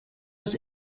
was